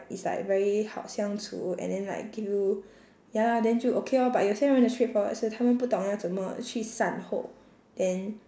is like very 好相处 and then like give you ya lah then 就 okay lor but 有些人的 straightforward 是他们不懂要怎么去善后 then